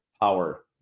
power